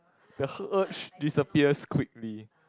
the h~ urge disappears quickly